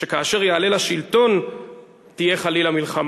שכאשר יעלה לשלטון תהיה חלילה מלחמה.